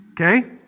Okay